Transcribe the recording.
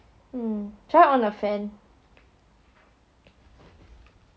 hmm should I on the fan